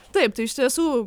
taip tai iš tiesų